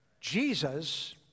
Jesus